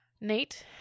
Nate